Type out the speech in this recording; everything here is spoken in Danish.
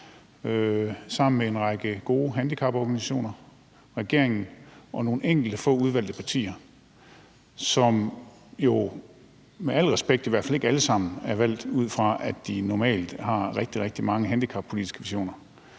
det gør en række gode handicaporganisationer, regeringen og nogle enkelte, få udvalgte partier, som jo med al respekt i hvert fald ikke alle sammen er valgt ud fra, at de normalt har rigtig, rigtig mange handicappolitiske visioner.